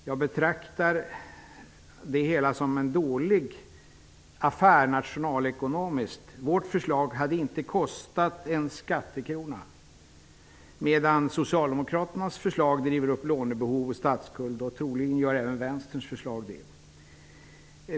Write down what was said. Jag betraktar det som en nationalekonomiskt dålig affär. Vårt förslag hade inte kostat en skattekrona, medan Socialdemokraternas förslag driver upp lånebehov och statsskuld. Troligen gör även Vänsterns förslag det.